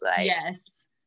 Yes